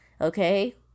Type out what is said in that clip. okay